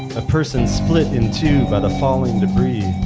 a person split in two by the falling debris.